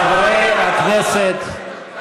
חברי הכנסת,